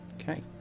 Okay